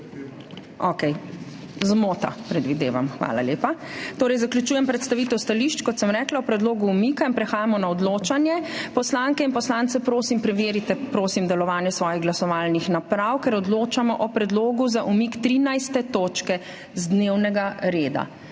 Okej, zmota, predvidevam. Hvala lepa. Zaključujem predstavitev stališč o predlogu umika in prehajamo na odločanje. Poslanke in poslanci, prosim, preverite delovanje svojih glasovalnih naprav, ker odločamo o predlogu za umik 13. točke z dnevnega reda.